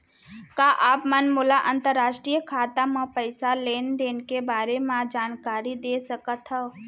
का आप मन मोला अंतरराष्ट्रीय खाता म पइसा लेन देन के बारे म जानकारी दे सकथव?